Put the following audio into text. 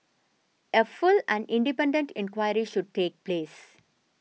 a full and independent inquiry should take place